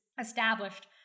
established